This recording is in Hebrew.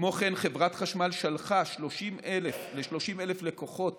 כמו כן, חברת החשמל שלחה ל-30,000 לקוחות